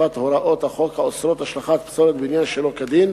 אכיפת הוראות החוק האוסרות השלכת פסולת בניין שלא כדין.